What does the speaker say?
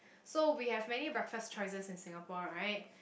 so we have many breakfast choices in Singapore right